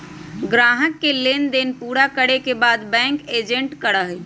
ग्राहकों के लेन देन पूरा करे के काम बैंक एजेंट करा हई